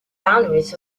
boundaries